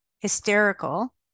hysterical